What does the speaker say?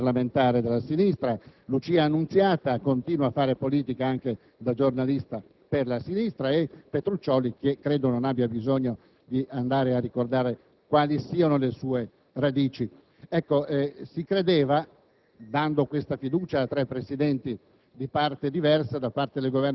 ultimi presidenti avevano una chiara connotazione di sinistra: Zaccaria oggi è parlamentare della sinistra; Lucia Annunziata continua a fare politica, anche da giornalista, per la sinistra; per quanto riguarda Petruccioli, non credo vi sia bisogno di ricordare quali siano le sue radici.